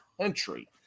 country